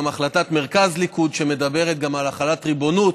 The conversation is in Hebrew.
גם החלטת מרכז ליכוד שמדברת על החלת ריבונות